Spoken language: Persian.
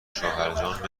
شوهرجان